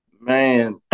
Man